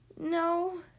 No